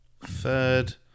Third